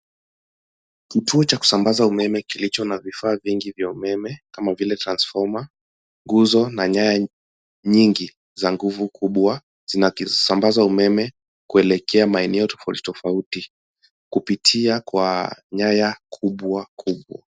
Kituo cha kusambaza umeme kilicho na vifaa vingi vya umeme kama vile transfoma, nguzo na nyaya nyingi za nguvu kubwa, zinasambaza umeme kuelekea maneneo tofauti tofauti kupitia kwa nyaya kubwa kubwa.